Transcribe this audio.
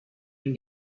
been